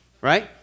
right